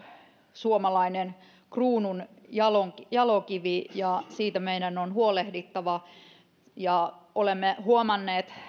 suomalainen kruununjalokivi ja siitä meidän on huolehdittava olemme huomanneet